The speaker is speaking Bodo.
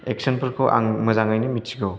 एक्सनफोरखौ आं मोजाङैनो मिथिगौ